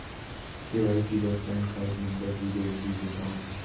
KYC बर PAN card number भी जरूरी हे कौन?